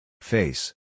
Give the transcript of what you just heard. Face